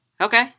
Okay